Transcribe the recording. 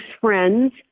friends